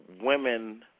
women